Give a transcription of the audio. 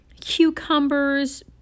cucumbers